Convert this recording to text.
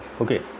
okay